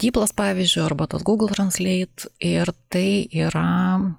dyplas pavyzdžiui arba tas gūgl transleit ir tai yra